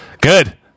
Good